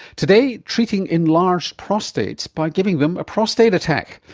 today, treating enlarged prostates by giving them a prostate attack.